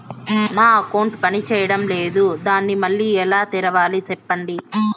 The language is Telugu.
నా అకౌంట్ పనిచేయడం లేదు, దాన్ని మళ్ళీ ఎలా తెరవాలి? సెప్పండి